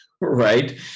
right